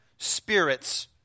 spirits